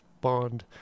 Bond